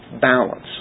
balance